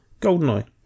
GoldenEye